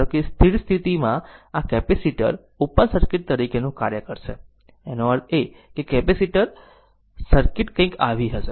ધારો કે સ્થિર સ્થિતિ માં આ કેપેસીટર ઓપન સર્કિટ તરીકેનું કાર્ય કરશે એનો અર્થ એ કે સર્કિટ કંઈક આવી હશે